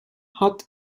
hat